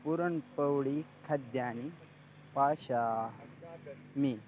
पुरन्पौळीखाद्यानि पचामि